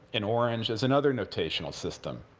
and orange is another notational system.